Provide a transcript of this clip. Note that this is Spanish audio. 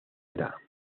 era